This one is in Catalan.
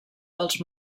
dels